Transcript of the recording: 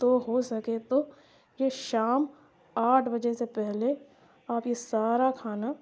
تو ہو سکے تو یہ شام آٹھ بجے سے پہلے آپ یہ سارا کھانا